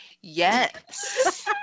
Yes